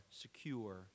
secure